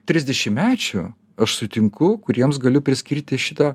trisdešimtmečių aš sutinku kuriems galiu priskirti šito